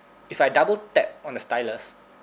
if I double tap on the stylus